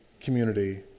community